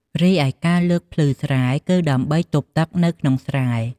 រីឯការលើកភ្លឺស្រែ គឺដើម្បីទប់ទឹកនៅក្នុងស្រែ។